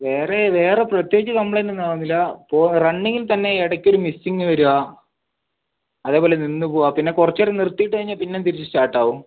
വേറെ വേറെ പ്രത്യേകിച്ച് കംപ്ലൈൻറ്റൊന്നും തോന്നുന്നില്ല റണ്ണിങ്ങിൽത്തന്നെ ഇടക്ക് ഒരു മിസ്സിംഗ് വരാൻ അതുപോലെ നിന്ന് പോകുവാണ് പിന്നെ കുറച്ചു നേരം നിർത്തിയിട്ട് കഴിഞ്ഞാൽ പിന്നെയും തിരിച്ചു സ്റ്റാർട്ട് ആകും